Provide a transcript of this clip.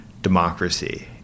democracy